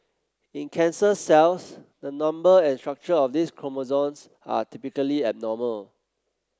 in cancer cells the number and structure of these chromosomes are typically abnormal